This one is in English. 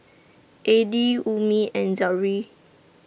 Adi Ummi and Zikri